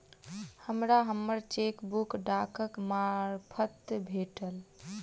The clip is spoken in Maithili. हमरा हम्मर चेकबुक डाकक मार्फत भेटल